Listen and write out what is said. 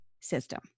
system